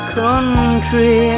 country